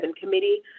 committee